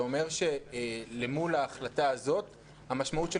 זה אומר שלמול ההחלטה הזו המשמעות של